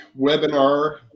webinar